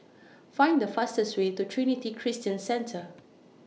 Find The fastest Way to Trinity Christian Centre